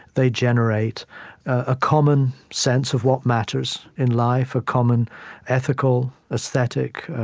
they generate a common sense of what matters in life, a common ethical, aesthetic,